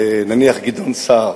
נניח גדעון סער,